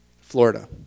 Florida